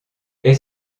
est